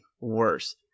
worse